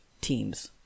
teams